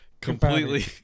completely